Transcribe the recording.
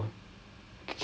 ya ya ya